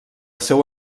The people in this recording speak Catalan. seu